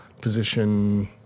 position